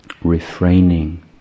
refraining